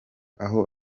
aho